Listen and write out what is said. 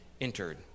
entered